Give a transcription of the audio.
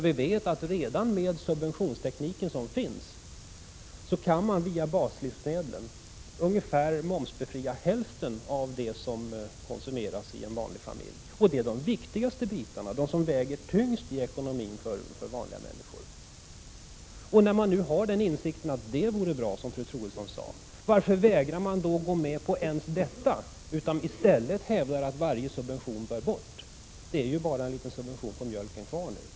Vi vet att redan med den subventionsteknik som finns kan man via baslivsmedlen momsbefria ungefär hälften av det som konsumeras i en vanlig familj, och det är de viktigaste bitarna, de som väger tyngst i ekonomin för vanliga människor. När man nu har insikten att det vore bra, som fru Troedsson sade, varför vägrar man då att gå med på ens detta utan hävdar att varje subvention bör bort? Det är ju bara litet subvention på mjölken kvar nu.